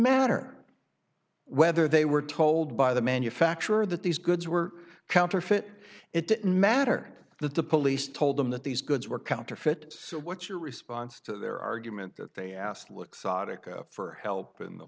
matter whether they were told by the manufacturer that these goods were counterfeit it didn't matter that the police told them that these goods were counterfeit so what's your response to their argument that they asked look sadik for help in the